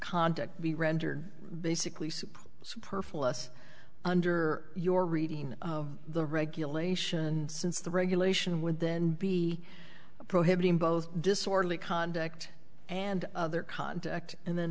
conduct be rendered basically supra superfluous under your reading of the regulation and since the regulation would then be prohibiting both disorderly conduct and other contact and then